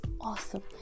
awesome